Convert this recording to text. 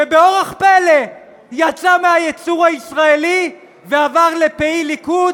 שבאורח פלא יצא מהייצור הישראלי ועבר לפעיל ליכוד,